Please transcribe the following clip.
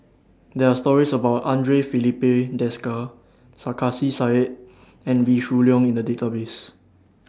There Are stories about Andre Filipe Desker Sarkasi Said and Wee Shoo Leong in The Database